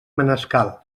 manescal